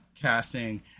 casting